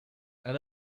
and